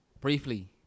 briefly